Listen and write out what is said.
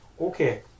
Okay